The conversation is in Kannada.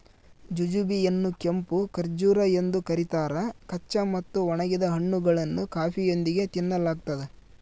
ಜುಜುಬಿ ಯನ್ನುಕೆಂಪು ಖರ್ಜೂರ ಎಂದು ಕರೀತಾರ ಕಚ್ಚಾ ಮತ್ತು ಒಣಗಿದ ಹಣ್ಣುಗಳನ್ನು ಕಾಫಿಯೊಂದಿಗೆ ತಿನ್ನಲಾಗ್ತದ